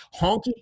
Honky